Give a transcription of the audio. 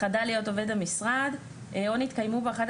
"חדל להיות עובד המשרד או נתקיימו בו אחת